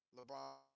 LeBron